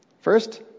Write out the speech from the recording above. First